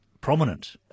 prominent